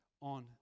on